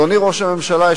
אדוני ראש הממשלה,